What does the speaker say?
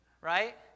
right